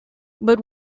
but